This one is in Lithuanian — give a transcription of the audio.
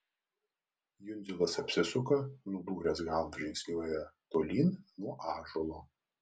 jundzilas apsisuka nudūręs galvą žingsniuoja tolyn nuo ąžuolo